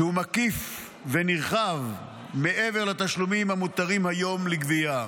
שהוא מקיף ונרחב מעבר לתשלומים המותרים היום לגבייה.